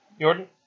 Jordan